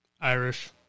Irish